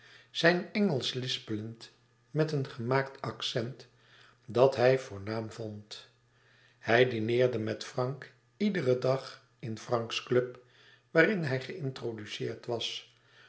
zijn engelsch lispelend met een gemaakt accent dat hij voornaam vond hij dineerde met frank iederen dag in franks club waarin hij geïntroduceerd was